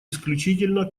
исключительно